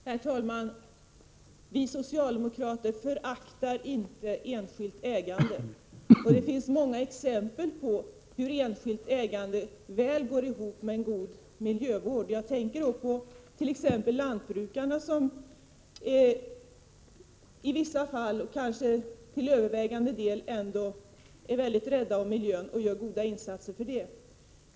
Herr talman! Vi socialdemokrater föraktar inte enskilt ägande. Det finns många exempel på hur enskilt ägande väl går ihop med god miljövård. Jag tänkert.ex. på lantbrukarna, som till övervägande del ändå är mycket rädda om miljö och gör goda insatser.